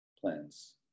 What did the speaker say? plans